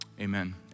amen